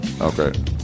Okay